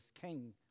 king